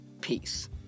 Peace